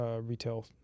retail